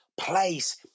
place